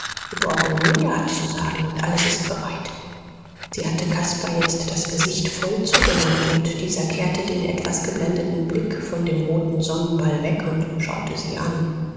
sie brauchen nur ja zu sagen und alles ist bereit sie hatte caspar jetzt das gesicht voll zugewandt und dieser kehrte den etwas geblendeten blick von dem roten sonnenball weg und schaute sie an